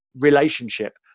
Relationship